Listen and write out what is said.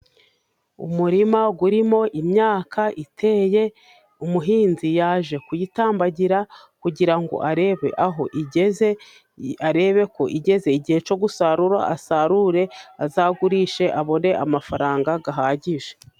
Umurima urimo imyaka iteye, umuhinzi yaje kuyitambagira, kugira ngo arebe aho igeze, arebe ko igeze igihe cyo gusarura ,asarure azagurishe abone amafaranga ahagije.